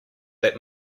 that